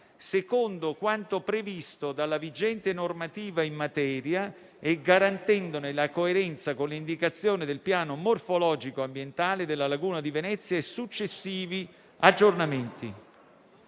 secondo quanto previsto dalla vigente normativa in materia e garantendone la coerenza con le indicazioni del Piano morfologico ambientale della laguna di Venezia e successivi aggiornamenti.